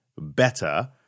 better